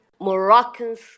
Moroccan's